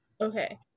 okay